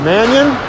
Mannion